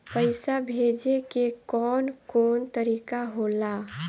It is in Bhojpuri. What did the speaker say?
पइसा भेजे के कौन कोन तरीका होला?